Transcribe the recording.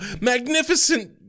magnificent